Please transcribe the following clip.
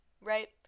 right